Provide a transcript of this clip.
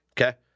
Okay